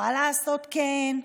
יוכל לעשות כן.